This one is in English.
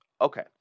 Okay